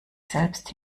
selbst